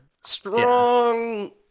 strong